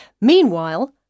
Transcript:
Meanwhile